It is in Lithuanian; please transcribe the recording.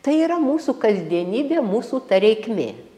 tai yra mūsų kasdienybė mūsų ta reikmė